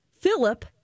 Philip